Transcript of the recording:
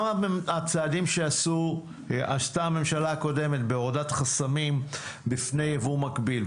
גם הצעדים שעשתה הממשלה הקודמת בהורדת חסמים בפני יבוא מקביל,